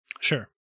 Sure